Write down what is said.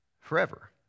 forever